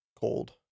cold